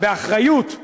באחריות,